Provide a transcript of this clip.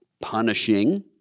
punishing